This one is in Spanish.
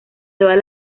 todas